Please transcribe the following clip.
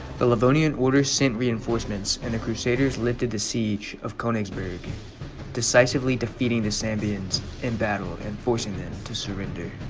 the livonian orders sent reinforcements and the crusaders lifted the siege of konigsberg ii decisively defeating this ambiens in battle and forcing them to surrender